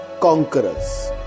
conquerors